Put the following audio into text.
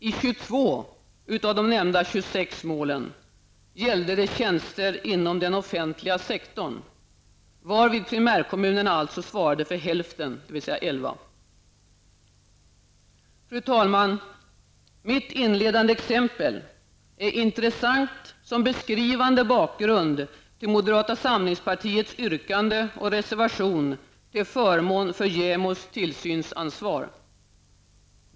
I 22 av de nämnda 26 målen gällde det tjänster inom den offentliga sektorn, varvid primärkommunerna alltså svarade för hälften, dvs. Fru talman! Mitt inledande exempel är intressant som beskrivande bakgrund till moderata samlingspartiets yrkande och reservation till förmån för JämOs tillsynsansvar.